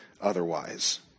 otherwise